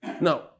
Now